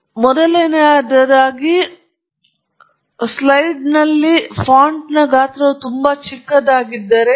ಆದ್ದರಿಂದ ಮೊದಲನೆಯದಾಗಿ ನೀವು ಎಲ್ಲವನ್ನೂ ಸ್ಲೈಡ್ನಲ್ಲಿ ಇರಿಸಿ ಫಾಂಟ್ನ ಗಾತ್ರವು ತುಂಬಾ ಚಿಕ್ಕದಾಗುತ್ತದೆ